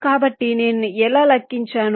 కాబట్టి నేను ఎలా లెక్కించాను